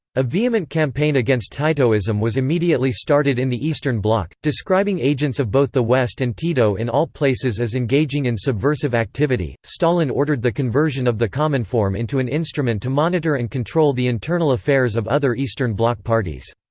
a vehement campaign against titoism was immediately started in the eastern bloc, describing agents of both the west and tito in all places as engaging in subversive activity stalin ordered the conversion of the cominform into an instrument to monitor and control the internal affairs of other eastern bloc parties.